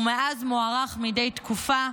ומאז מוארך מדי תקופה.